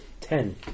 Ten